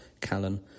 Callan